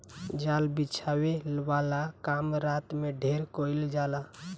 जाल बिछावे वाला काम रात में ढेर कईल जाला